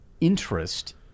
interest